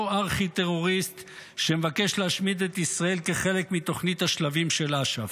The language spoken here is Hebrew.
ארכי-טרוריסט שמבקש להשמיד את ישראל כחלק מתוכנית השלבים של אש"ף?